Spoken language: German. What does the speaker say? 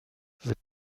wird